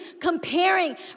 comparing